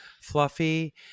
Fluffy